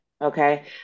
Okay